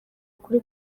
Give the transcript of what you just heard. ukuri